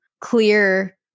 clear